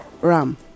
Ram